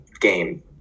game